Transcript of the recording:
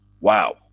wow